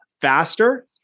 faster